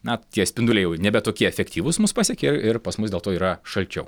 na tie spinduliai jau nebe tokie efektyvūs mus pasiekia ir pas mus dėl to yra šalčiau